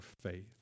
faith